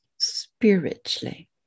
spiritually